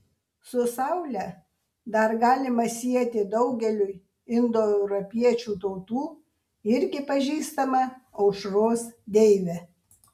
su saule dar galima sieti daugeliui indoeuropiečių tautų irgi pažįstamą aušros deivę